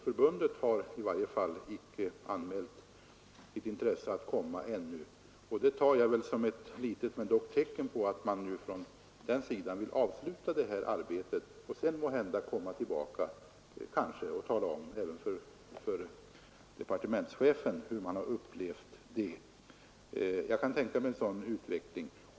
Förbundet har i varje fall icke ännu anmält sitt intresse av att komma igen, och det tar jag som ett litet men dock tecken på att man från den sidan vill avsluta det här arbetet och sedan måhända komma tillbaka och tala om även för departementschefen vilka erfarenheter man har av det. Jag kan tänka mig en sådan utveckling.